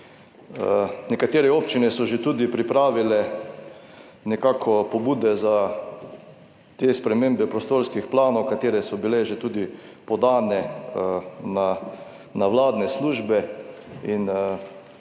Nekatere občine so že tudi pripravile nekako pobude za te spremembe prostorskih planov, katere so bile že tudi podane na vladne službe, in